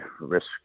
risk